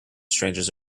strangers